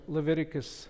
Leviticus